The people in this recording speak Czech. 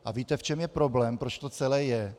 A víte, v čem je problém, proč to celé je?